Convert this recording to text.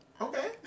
Okay